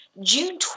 June